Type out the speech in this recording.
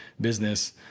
business